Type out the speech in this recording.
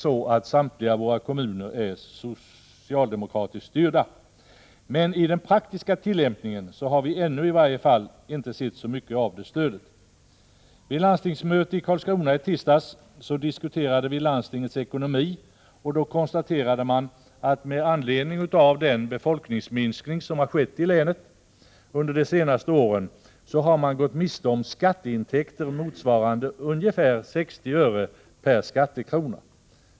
Samtliga våra kommuner är socialdemokratiskt styrda. I den praktiska tillämpningen har vi i varje fall inte ännu sett så mycket av stödet. Vid ett landstingsmöte i Karlskrona i tisdags diskuterades landstingets ekonomi och då konstaterades att man med anledning av den befolkningsminskning som skett i länet under de senaste åren har gått miste om skatteintäkter motsvarande ungefär 60 öre per skattekrona.